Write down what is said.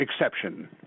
exception